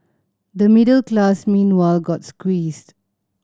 the middle class meanwhile got squeezed